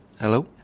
hello